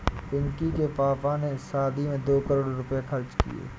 पिंकी के पापा ने शादी में दो करोड़ रुपए खर्च किए